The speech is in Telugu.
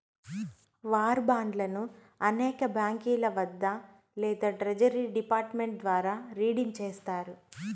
వార్ బాండ్లను అనేక బాంకీల వద్ద లేదా ట్రెజరీ డిపార్ట్ మెంట్ ద్వారా రిడీమ్ చేస్తారు